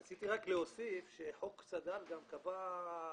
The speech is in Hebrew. רציתי רק להוסיף שחוק צד"ל גם קבע קריטריונים